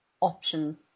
option